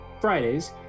Fridays